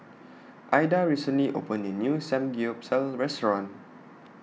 Aida recently opened A New Samgeyopsal Restaurant